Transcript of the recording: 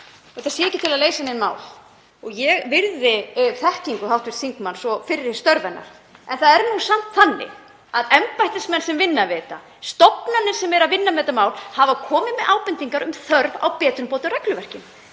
og sé ekki til að leysa nein mál. Ég virði þekkingu hv. þingmanns og fyrri störf hennar en það er nú samt þannig að embættismenn sem vinna við þetta, stofnanir sem vinna við þessi mál, hafa komið með ábendingar um þörf á betrumbótum á regluverkinu.